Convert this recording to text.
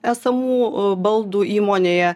esamų baldų įmonėje